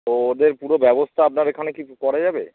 তো ওদের পুরো ব্যবস্থা আপনার এখানে কি করা যাবে